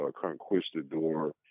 conquistador